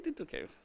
Okay